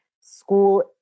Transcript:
school